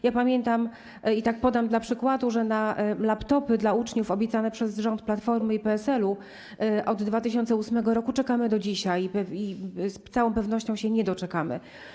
Ja pamiętam i tak podam dla przykładu, że na laptopy dla uczniów obiecane przez rząd Platformy i PSL w 2008 r. czekamy do dzisiaj i z całą pewnością się nie doczekamy.